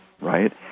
right